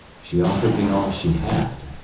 she offered me all she had,